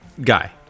Guy